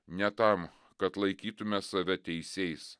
ne tam kad laikytume save teisiais